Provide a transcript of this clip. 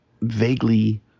vaguely